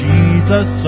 Jesus